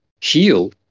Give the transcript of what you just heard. heal